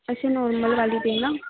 ऐसे नॉर्मल वाली देना